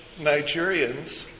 Nigerians